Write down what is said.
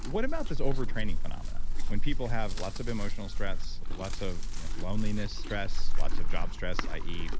what about this over-training phenomenon? when people have lots of emotional stress, lots of you know loneliness stress, lots of job stress, i e.